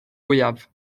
fwyaf